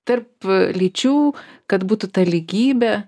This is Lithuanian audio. tarp lyčių kad būtų ta lygybė